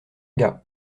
gars